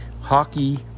hockey